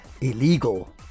illegal